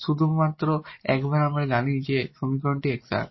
সুতরাং একবার আমরা জানি যে সমীকরণটি এক্সাট